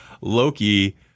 Loki